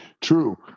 True